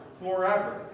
forever